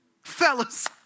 Fellas